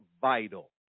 vital